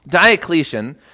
Diocletian